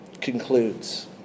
concludes